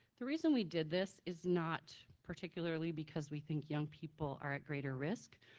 the reason we did this is not particularly because we think young people are at greater risk,